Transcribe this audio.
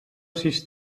sis